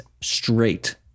straight